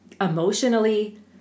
emotionally